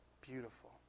Beautiful